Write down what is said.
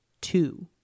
two